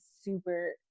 super